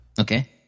Okay